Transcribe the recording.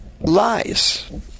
lies